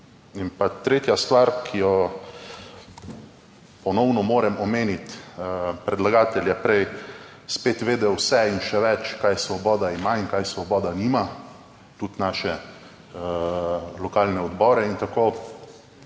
In pa tretja stvar, ki jo ponovno moram omeniti. Predlagatelj je prej spet vedel vse in še več, kaj Svoboda ima in kaj Svoboda nima. Tudi naše lokalne odbore in tako,